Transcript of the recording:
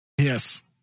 Yes